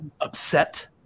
upset